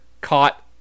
caught